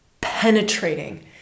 penetrating